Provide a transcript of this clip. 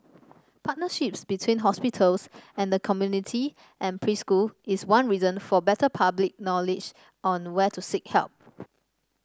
partnerships between hospitals and the community and preschool is one reason for better public knowledge on where to seek help